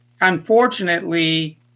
unfortunately